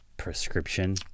prescription